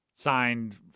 signed